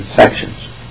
sections